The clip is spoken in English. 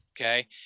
okay